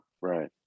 Right